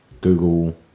Google